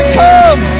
come